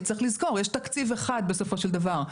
צריך לזכור: יש תקציב אחד בסופו של דבר.